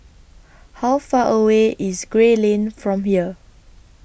How Far away IS Gray Lane from here